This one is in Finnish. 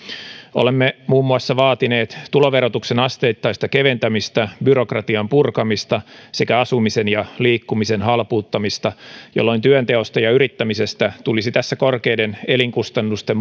olemme muun muassa vaatineet tuloverotuksen asteittaista keventämistä byrokratian purkamista sekä asumisen ja liikkumisen halpuuttamista jolloin työnteosta ja yrittämisestä tulisi tässä korkeiden elinkustannusten